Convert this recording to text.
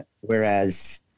Whereas